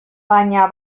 baina